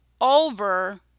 over